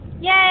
Yay